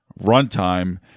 runtime